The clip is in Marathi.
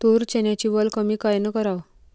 तूर, चन्याची वल कमी कायनं कराव?